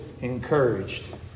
encouraged